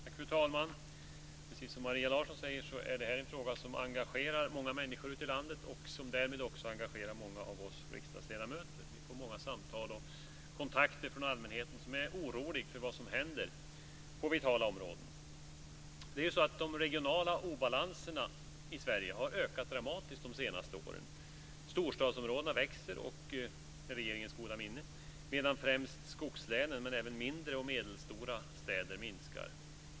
Fru talman! Precis som Maria Larsson sade engagerar denna fråga många människor ute i landet och därmed många av oss riksdagsledamöter. Vi får många samtal från och kontaktas av allmänheten. Man är orolig för vad som händer på vitala områden. De regionala obalanserna i Sverige har ökat dramatiskt i Sverige under de senaste åren. Storstadsområdena växer, med regeringens goda minne, medan främst skogslänen och men även mindre och medelstora städer minskar.